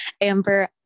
Amber